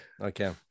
Okay